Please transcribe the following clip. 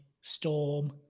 Storm